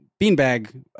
beanbag